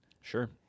Sure